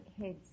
heads